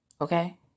Okay